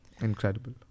Incredible